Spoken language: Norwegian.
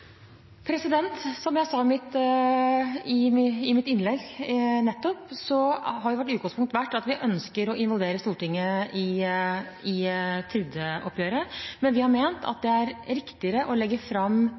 Som jeg sa i mitt innlegg nettopp, har vårt utgangspunkt vært at vi ønsker å involvere Stortinget i trygdeoppgjøret, men vi har ment at det er riktigere å legge fram